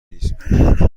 نیست